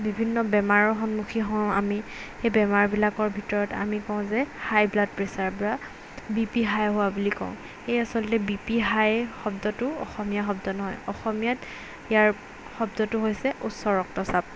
বিভিন্ন বেমাৰৰ সন্মুখীন হওঁ আমি সেই বেমাৰবিলাকৰ ভিতৰত আমি কওঁ যে হাই ব্লাড প্ৰেছাৰ বা বি পি হাই হোৱা বুলি কওঁ এই আচলতে বি পি হাই শব্দটো অসমীয়া শব্দ নহয় অসমীয়াত ইয়াৰ শব্দটো হৈছে উচ্চ ৰক্তচাপ